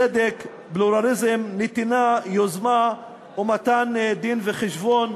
צדק, פלורליזם, נתינה, יוזמה ומתן דין-וחשבון.